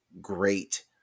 great